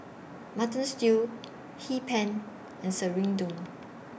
Mutton Stew Hee Pan and Serunding